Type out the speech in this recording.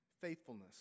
faithfulness